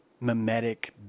mimetic